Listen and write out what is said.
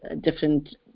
different